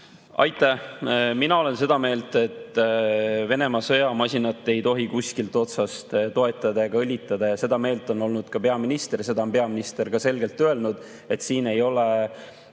Aitäh! Mina olen seda meelt, et Venemaa sõjamasinat ei tohi kuskilt otsast toetada ega õlitada, ja seda meelt on olnud ka peaminister. Seda on peaminister ka selgelt öelnud, et siin ei ole